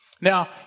Now